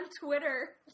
Twitter